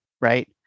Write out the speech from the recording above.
right